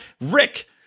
Rick